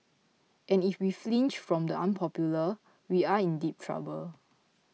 and if we flinch from the unpopular we are in deep trouble